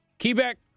Quebec